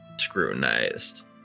scrutinized